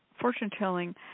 fortune-telling